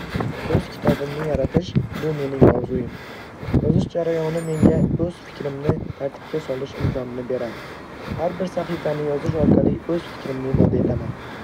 O'z kitobimni yaratish - bu mening orzuim. Yozish jarayoni menga o'z fikrlarimni tartibga solish imkonini beradi. Har bir sahifani yozish orqali o'z fikrlarimni ifoda etaman.